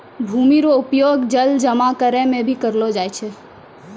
भूमि रो उपयोग जल जमा करै मे भी करलो जाय छै